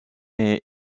est